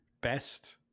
best